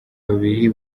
babiri